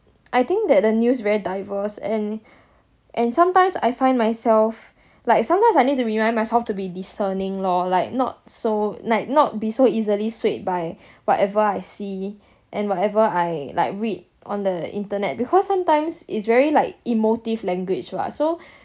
I think that the news very diverse and and sometimes I find myself like sometimes I need to remind myself to be discerning lor like not so like not be so easily swayed by whatever I see and whatever I like read on the internet because sometimes is very like emotive language lah so